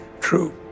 True